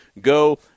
Go